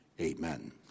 amen